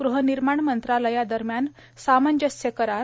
ग़हनिर्माण मंत्रालयादरम्यान सामंजस्य करार